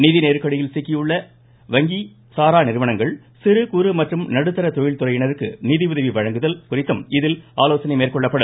நிதி நெருக்கடியில் சிக்கியுள்ள வங்கி சாரா நிறுவனங்கள் சிறு குறு மற்றும் நடுத்தர தொழில் துறையினருக்கு நிதி உதவி வழங்குதல் குறித்தும் இதில் ஆலோசனை மேற்கொள்ளப்படும்